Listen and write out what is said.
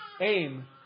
aim